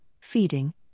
feeding